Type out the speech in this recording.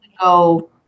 go